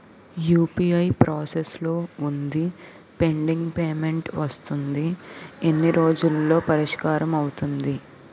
UPI process లో వుందిపెండింగ్ payment వస్తుంది ఎన్ని రోజుల్లో పరిష్కారం అవుతుంది